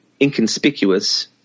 inconspicuous